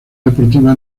deportiva